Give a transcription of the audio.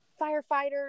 firefighters